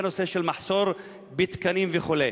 הן בנושא של מחסור בתקנים וכו'.